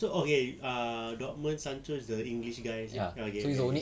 so okay ah dortmund sancho is the english guy is it okay okay